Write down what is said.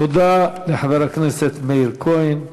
תודה לחבר הכנסת מאיר כהן.